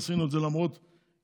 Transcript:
עשינו את זה למרות התנגדותו,